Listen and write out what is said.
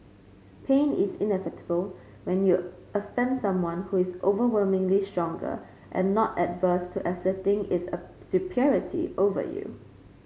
pain is inevitable when you offend someone who is overwhelmingly stronger and not averse to asserting its superiority over you